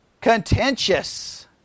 Contentious